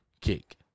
kick